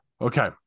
Okay